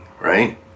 right